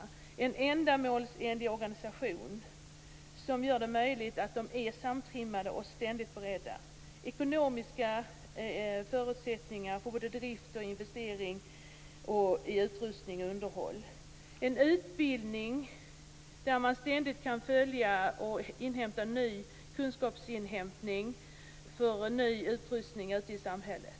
Vi måste ha en ändamålsenlig organisation som gör det möjligt för dem att vara samtrimmade och ständigt beredda. De måste få ekonomiska förutsättningar för både drift och investeringar i utrustning och underhåll. De måste få en utbildning där de ständigt kan inhämta ny kunskap och få ny utrustning för arbetet ute i samhället.